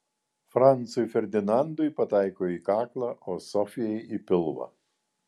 francui ferdinandui pataiko į kaklą o sofijai į pilvą